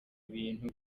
ibintu